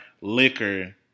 liquor